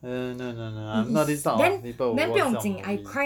uh no no no I'm not this type of people who watch this kind of movie